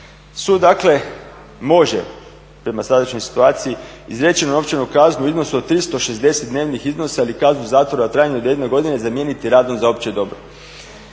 Sud dakle može prema sadašnjoj situaciji izreći novčanu kaznu u iznosu od 360 dnevnih iznosa ili kaznu zatvora u trajanju do 1 godine zamijeniti radom za opće dobro.